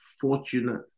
fortunate